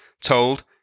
told